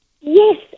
Yes